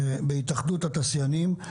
התאחדות התעשיינים.